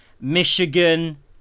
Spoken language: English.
Michigan